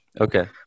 Okay